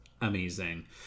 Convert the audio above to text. amazing